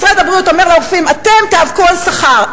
משרד הבריאות אומר לרופאים: אתם תיאבקו על שכר,